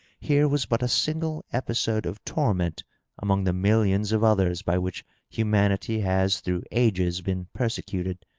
here was but a single episode of torment among the millions of others by which humanity has through ages been persecuted.